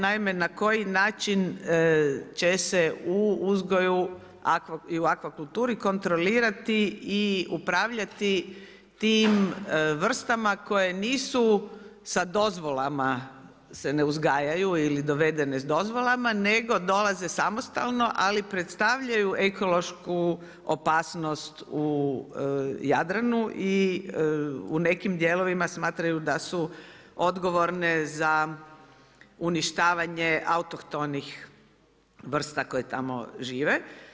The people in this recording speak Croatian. Naime na koji način će se u uzgoju i u akvakulturi kontrolirati i upravljati tim vrstama koje nisu sa dozvolama se ne uzgajaju ili dovedene s dozvolama nego dolaze samostalno, ali predstavljaju ekološku opasnost u Jadranu i u nekim dijelovima smatraju da su odgovorne za uništavanje autohtonih vrsta koje tamo žive.